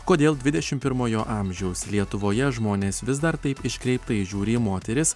kodėl dvidešimt pirmojo amžiaus lietuvoje žmonės vis dar taip iškreiptai žiūri į moteris